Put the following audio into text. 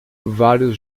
vários